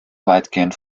weitgehend